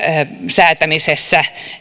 säätämisestä